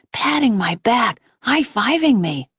patting my back, high-fiving me.